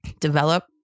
develop